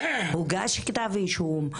הוגש כתב אישום,